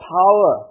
power